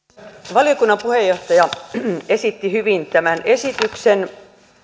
valiokunnan puheenjohtaja esitti hyvin tämän esityksen